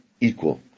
equal